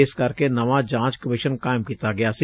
ਇਸ ਕਰਕੇ ਨਵਾਂ ਜਾਂਚ ਕਮਿਸ਼ਨ ਕਾਇਮ ਕੀਤਾ ਗਿਆ ਸੀ